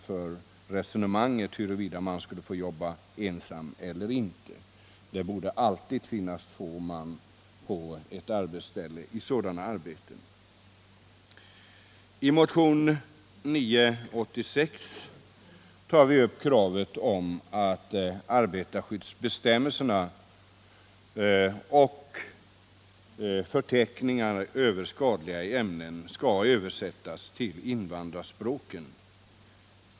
Det borde redan från början ha tagits in i den nya lagen att det alltid bör finnas två man på ett arbetsställe när det gäller sådana jobb. I motionen 986 tar vi upp kravet på att arbetarskyddsbestämmelser och förteckningar över skadliga ämnen skall översättas till invandrarspråken.